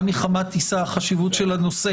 גם מחמת חשיבות הנושא